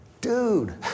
dude